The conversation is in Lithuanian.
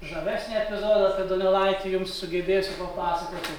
žavesnį epizodą apie donelaitį jums sugebėsiu papasakoti